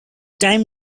time